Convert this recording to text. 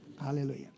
Hallelujah